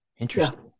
interesting